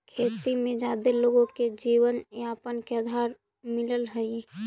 खेती में जादे लोगो के जीवनयापन के आधार मिलऽ हई